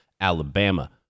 Alabama